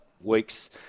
weeks